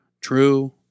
True